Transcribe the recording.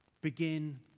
begin